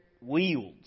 wields